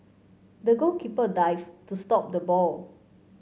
the goalkeeper dived to stop the ball